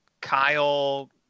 Kyle